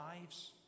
lives